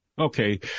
Okay